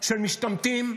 של משתמטים,